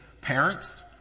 parents